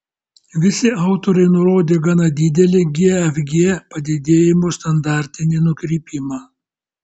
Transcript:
visi autoriai nurodė gana didelį gfg padidėjimo standartinį nukrypimą